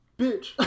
bitch